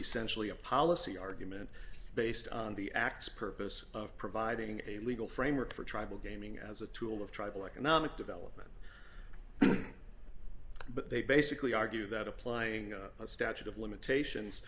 essentially a policy argument based on the x purpose of providing a legal framework for tribal gaming as a tool of tribal economic development but they basically argue that applying a statute of limitations